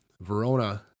Verona